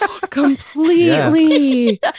Completely